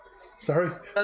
sorry